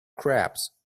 crabs